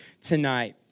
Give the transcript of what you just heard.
tonight